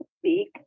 speak